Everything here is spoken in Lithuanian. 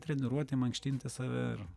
treniruoti mankštinti save ir